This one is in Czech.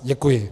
Děkuji.